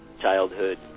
childhood